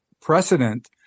precedent